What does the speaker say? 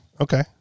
okay